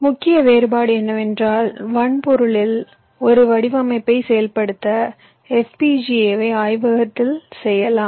முக்கிய வேறுபாடு என்னவென்றால் வன்பொருளில் ஒரு வடிவமைப்பை செயல்படுத்த FPGA வை ஆய்வகத்தில் செய்யலாம்